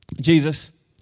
Jesus